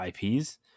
IPs